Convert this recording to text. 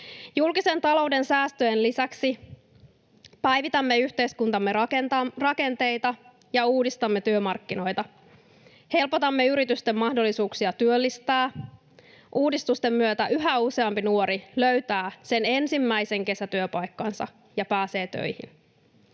Julkisen talouden säästöjen lisäksi päivitämme yhteiskuntamme rakenteita ja uudistamme työmarkkinoita. Helpotamme yritysten mahdollisuuksia työllistää. Uudistusten myötä yhä useampi nuori löytää sen ensimmäisen kesätyöpaikkansa ja pääsee töihin.